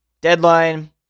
deadline